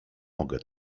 mogę